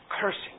cursing